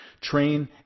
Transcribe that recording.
train